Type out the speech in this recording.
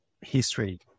history